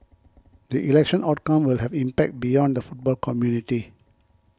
the election outcome will have impact beyond the football community